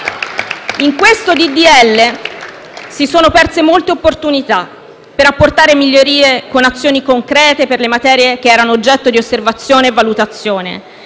in esame si sono perse molte opportunità per apportare migliorie con azioni concrete nelle materie che erano oggetto di osservazione e valutazione.